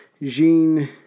Jean